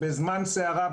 בזמן סערה,